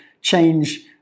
change